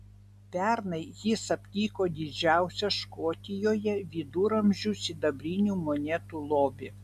pernai jis aptiko didžiausią škotijoje viduramžių sidabrinių monetų lobį